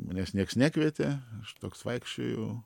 manęs nieks nekvietė aš toks vaikščiojau